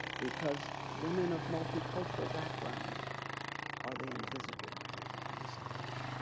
because women of multicultural backgrounds are the invisible women in science,